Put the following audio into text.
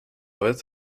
vez